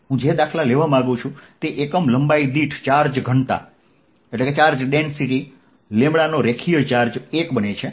હું જે દાખલા લેવા માંગું છું તે એકમ લંબાઈ દીઠ ચાર્જ ઘનતા નો રેખીય ચાર્જ 1 બનશે